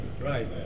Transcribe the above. Right